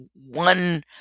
one